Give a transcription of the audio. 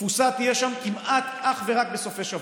התפוסה תהיה שם כמעט אך ורק בסופי שבוע.